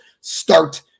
start